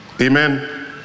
Amen